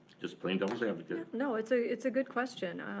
just playin' devil's advocate. no it's a it's a good question.